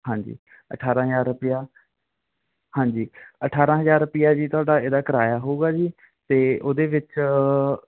ਹਾਂਜੀ ਅਠਾਰਾਂ ਹਜ਼ਾਰ ਰੁਪਿਆ ਹਾਂਜੀ ਅਠਾਰਾਂ ਹਜ਼ਾਰ ਰੁਪਿਆ ਜੀ ਤੁਹਾਡਾ ਇਹਦਾ ਕਿਰਾਇਆ ਹੋਊਗਾ ਜੀ ਅਤੇ ਉਹਦੇ ਵਿੱਚ